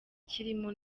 kirimo